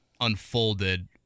unfolded